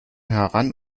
heran